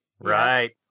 Right